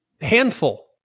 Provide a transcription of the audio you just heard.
handful